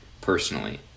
personally